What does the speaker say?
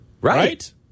Right